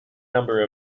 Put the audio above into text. number